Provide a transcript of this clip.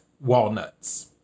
walnuts